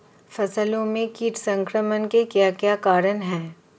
फसलों में कीट संक्रमण के क्या क्या कारण है?